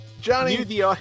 Johnny